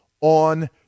on